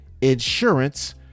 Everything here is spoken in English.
insurance